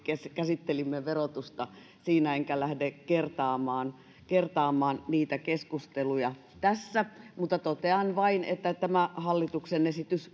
käsittelimme verotusta siinä enkä lähde kertaamaan kertaamaan niitä keskusteluja tässä mutta totean vain että tämä hallituksen esitys